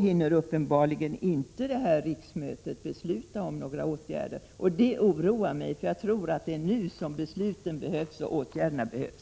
hinner uppenbarligen inte detta riksmöte besluta om några åtgärder. Det oroar mig, för jag tror att det är nu som besluten och åtgärderna behövs.